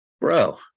Bro